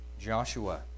Joshua